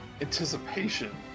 anticipation